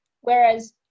Whereas